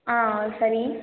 ஆ சரி